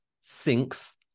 sinks